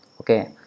Okay